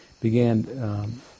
began